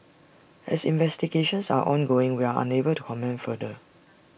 as investigations are ongoing we are unable to comment further